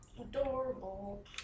adorable